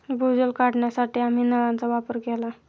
भूजल काढण्यासाठी आम्ही नळांचा वापर केला